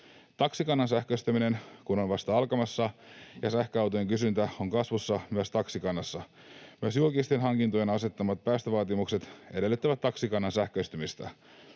taksikannan sähköistyminen on vasta alkamassa ja sähköautojen kysyntä on kasvussa myös taksikannassa. Myös julkisten hankintojen asettamat päästövaatimukset edellyttävät taksikannan sähköistymistä.